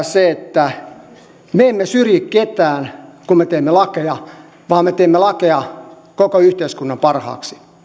se että me emme syrji ketään kun me teemme lakeja vaan me teemme lakeja koko yhteiskunnan parhaaksi